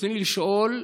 רצוני לשאול: